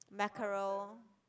mackerel